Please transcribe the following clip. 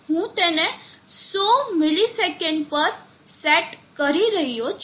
હું તેને 100 મિલિસેકંડ પર સેટ કરી રહ્યો છું